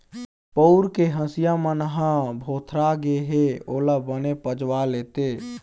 पउर के हँसिया मन ह भोथरा गे हे ओला बने पजवा लेते